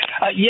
Yes